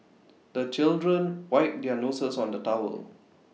the children wipe their noses on the towel